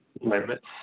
limits